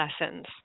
lessons